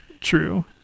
True